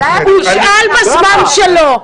שישאל בזמן שלו.